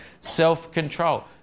self-control